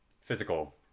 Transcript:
physical